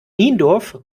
niendorf